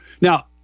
Now